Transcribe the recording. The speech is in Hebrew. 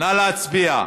נא להצביע.